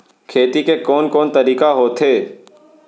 खेती के कोन कोन तरीका होथे?